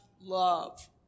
love